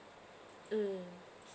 mm